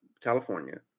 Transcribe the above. California